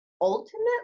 ultimately